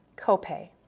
copay.